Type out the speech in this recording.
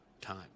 time